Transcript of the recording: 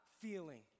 feeling